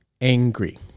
angry